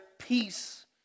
Peace